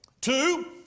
Two